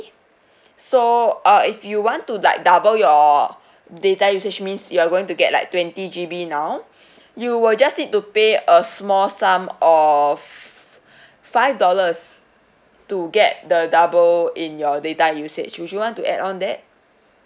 so uh if you want to like double your data usage means you're going to get like twenty G_B now you will just need to pay a small sum of five dollars to get the double in your data usage would you want to add on that